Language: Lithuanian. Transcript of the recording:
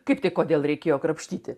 kaip tai kodėl reikėjo krapštyti